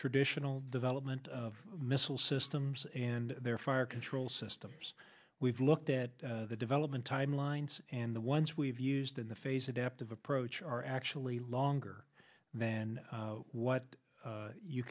traditional development of missile systems and their fire control systems we've looked at the development timelines and the ones we've used in the face adaptive approach are actually longer than what